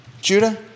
Judah